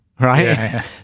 Right